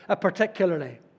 particularly